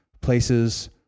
places